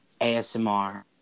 asmr